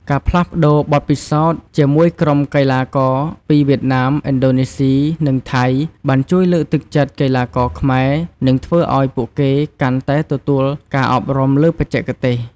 ការផ្លាស់ប្តូរបទពិសោធន៍ជាមួយក្រុមកីឡាករពីវៀតណាម ឥណ្ឌូនេស៊ី និងថៃ បានជួយលើកទឹកចិត្តកីឡាករខ្មែរ និងធ្វើឲ្យពួកគេកាន់តែទទួលការអប់រំលើបច្ចេកទេស។